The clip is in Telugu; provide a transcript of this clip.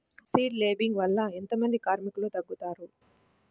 సీడ్ లేంబింగ్ వల్ల ఎంత మంది కార్మికులు తగ్గుతారు?